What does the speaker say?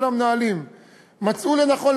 של המנהלים מצאו לנכון,